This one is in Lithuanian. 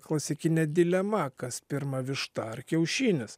klasikinė dilema kas pirma višta ar kiaušinis